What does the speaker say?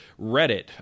Reddit